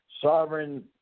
sovereign